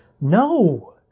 No